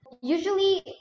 Usually